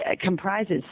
comprises